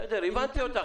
בסדר, הבנתי אותך.